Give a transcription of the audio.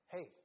Hey